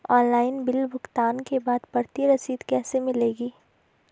Online bill भुगतान के बाद प्रति रसीद कैसे मिलेगी?